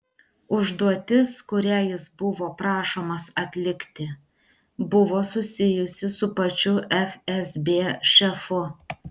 užduotis kurią jis buvo prašomas atlikti buvo susijusi su pačiu fsb šefu